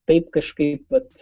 taip kažkaip vat